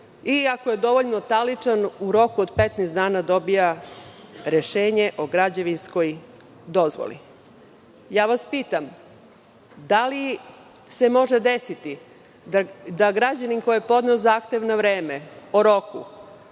i ako je dovoljno taličan, u roku od 15 dana dobija rešenje o građevinskoj dozvoli. Pitam vas – da li se može desiti da građanin koji je podneo zahtev na vreme, o roku,